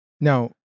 Now